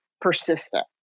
persistent